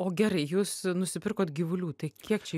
o gerai jūs nusipirkot gyvulių tai kiek čia